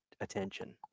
attention